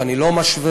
ואני לא משווה,